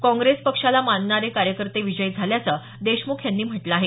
काँग्रेस पक्षाला मानणारे कार्यकर्ते विजयी झाल्याचं देशमुख यांनी म्हटलं आहे